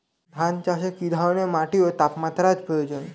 ধান চাষে কী ধরনের মাটি ও তাপমাত্রার প্রয়োজন?